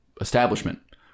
establishment